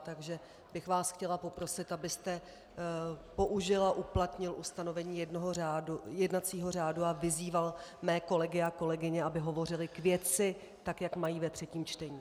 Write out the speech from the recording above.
Takže bych vás chtěla poprosit, abyste použil a uplatnil ustanovení jednacího řádu a vyzýval mé kolegy a kolegyně, aby hovořili k věci, tak jak mají ve třetím čtení.